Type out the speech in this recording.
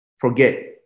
forget